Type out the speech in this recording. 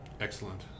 Excellent